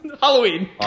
Halloween